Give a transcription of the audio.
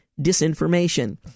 disinformation